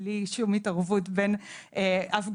בלי שום התערבות בין אף גורם,